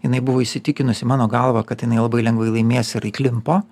jinai buvo įsitikinusi mano galva kad jinai labai lengvai laimės ir įklimpo